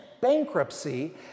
bankruptcy